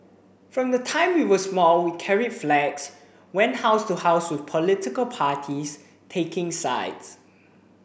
from the time we were small we carried flags went house to house with political parties taking sides